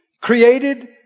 Created